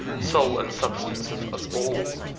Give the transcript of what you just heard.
soul and substance of us all